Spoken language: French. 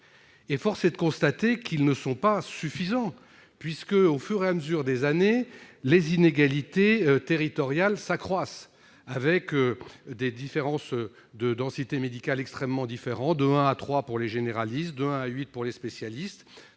nous le constatons, ils ne sont pas suffisants, puisque, au fil des années, les inégalités territoriales s'accroissent, avec des densités médicales extrêmement différentes : de 1 à 3 pour les généralistes, de 1 à 8 pour les spécialistes,